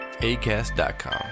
ACAST.com